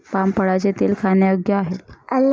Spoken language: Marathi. पाम फळाचे तेल खाण्यायोग्य आहे